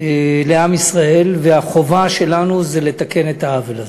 לעם ישראל, והחובה שלנו היא לתקן את העוול הזה.